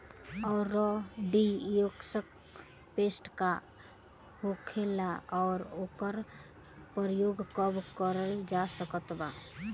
Bordeaux paste का होखेला और ओकर प्रयोग कब करल जा सकत बा?